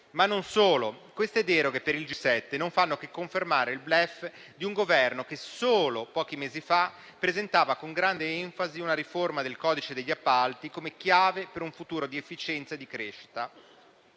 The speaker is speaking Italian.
Ma non solo: queste deroghe per il G7 non fanno che confermare il *bluff* di un Governo che solo pochi mesi fa presentava con grande enfasi una riforma del codice degli appalti come chiave per un futuro di efficienza e di crescita.